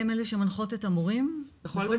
הן אלה שגם מדריכות את המורים בכל מה שקשור ---.